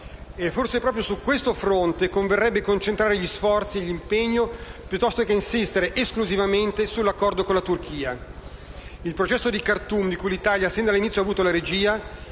Forse proprio su questo fronte converrebbe concentrare sforzi e impegno, piuttosto che insistere esclusivamente sull'accordo con la Turchia. Il processo di Khartoum, di cui l'Italia ha sin dall'inizio avuto la regia,